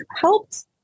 helped